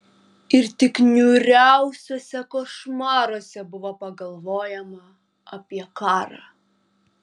ir tik niūriausiuose košmaruose buvo pagalvojama apie karą